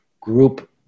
group